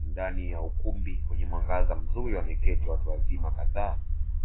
Ndani ya ukumbi kwenye mwanga mzuri wamekieti watu wazima kadhaa